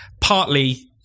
partly